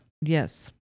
Yes